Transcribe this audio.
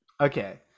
okay